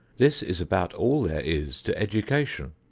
this is about all there is to education.